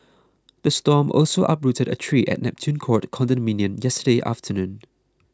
the storm also uprooted a tree at Neptune Court condominium yesterday afternoon